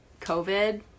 COVID